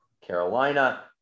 carolina